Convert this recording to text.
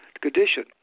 condition